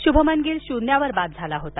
श्भमन गिल श्न्यावर बाद झाला होता